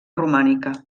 romànica